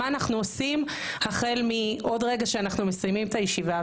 מה אנחנו עושים החל מעוד רגע שאנחנו מסיימים את הישיבה,